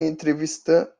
entrevista